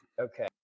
Okay